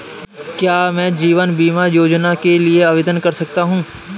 क्या मैं जीवन बीमा योजना के लिए आवेदन कर सकता हूँ?